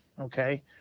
okay